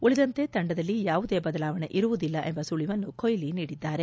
ಉಳಿದಂತೆ ತಂಡದಲ್ಲಿ ಯಾವುದೇ ಬದಲಾವಣೆ ಇರುವುದಿಲ್ಲ ಎಂಬ ಸುಳಿವನ್ನು ಕೊಹ್ಹಿ ನೀಡಿದ್ದಾರೆ